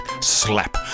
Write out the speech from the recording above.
slap